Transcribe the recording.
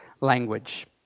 language